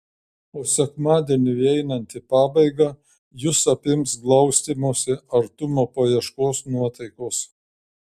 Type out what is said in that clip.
o sekmadieniui einant į pabaigą jus apims glaustymosi artumo paieškos nuotaikos